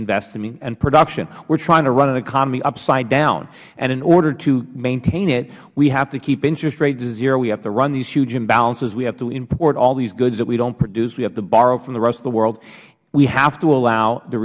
investing and production we are trying to run an economy upside down in order to maintain it we have to keep interest rates at zero we have to run these huge imbalances we have to import all these goods that we don't produce we have to borrow from the rest of the world we have to allow the